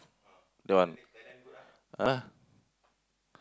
the one ah